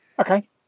Okay